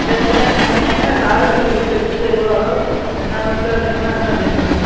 ഇത് നിങ്ങൾ എ എങ്ങനാ സാധനം നിങ്ങൾ വീട്ടിൽ എത്തിച്ചു തരുമോ അതോ എന്താണെന്ന് വേച്ചാൽ നിങ്ങൾ എങ്ങനെയാണ് ചെയ്യുന്നത്